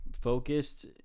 focused